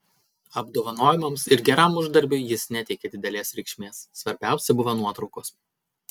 apdovanojimams ir geram uždarbiui jis neteikė didelės reikšmės svarbiausia buvo nuotraukos